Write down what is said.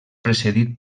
precedit